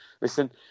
listen